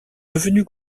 devenus